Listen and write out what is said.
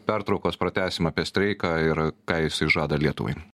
pertraukos pratęsim apie streiką ir ką jisai žada lietuvai